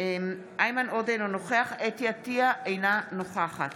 איימן עודה, אינו נוכח חוה אתי עטייה, אינה נוכחת